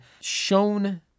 shown